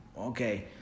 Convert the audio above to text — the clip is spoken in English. okay